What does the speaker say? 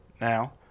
Now